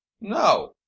no